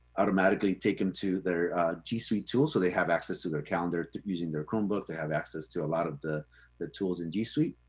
automatically taken to their g suite tool, so they have access to their calendar, using their chromebook, they have access to a lot of the the tools in g suite.